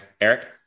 Eric